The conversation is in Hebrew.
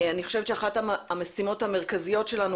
אני חושבת שאחת המשימות המרכזיות שלנו